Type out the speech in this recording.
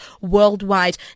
worldwide